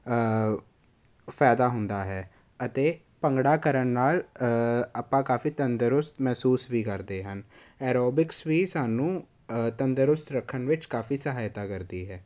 ਫਾਇਦਾ ਹੁੰਦਾ ਹੈ ਅਤੇ ਭੰਗੜਾ ਕਰਨ ਨਾਲ ਆਪਾਂ ਕਾਫੀ ਤੰਦਰੁਸਤ ਮਹਿਸੂਸ ਵੀ ਕਰਦੇ ਹਨ ਐਰੋਬਿਕਸ ਵੀ ਸਾਨੂੰ ਤੰਦਰੁਸਤ ਰੱਖਣ ਵਿੱਚ ਕਾਫੀ ਸਹਾਇਤਾ ਕਰਦੀ ਹੈ